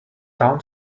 town